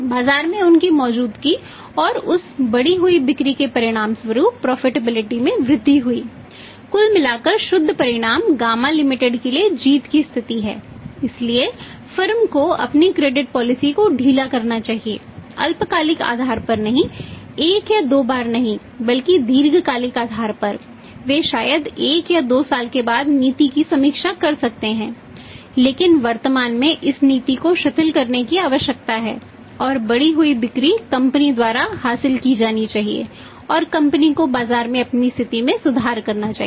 बाजार में उनकी मौजूदगी और उस बढ़ी हुई बिक्री के परिणामस्वरूप प्रोफिटेबिलिटी को बाजार में अपनी स्थिति में सुधार करना चाहिए